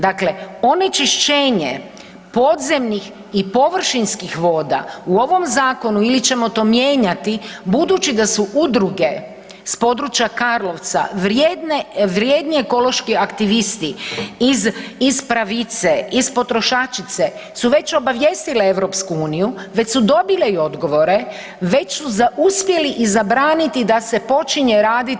Dakle, onečišćenje podzemnih i površinskih voda u ovom zakonu ili ćemo to mijenjati, budući da su udruge s područja Karlovca vrijedni ekološki aktivisti, iz Pravice, iz Potrošačice su već obavijestile EU, već su dobile i odgovore, već su uspjeli i zabraniti da se počinje raditi.